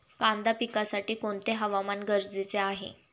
कांदा पिकासाठी कोणते हवामान गरजेचे आहे?